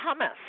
hummus